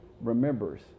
remembers